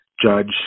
judge